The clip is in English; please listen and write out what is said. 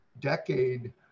decade